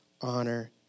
honor